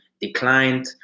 declined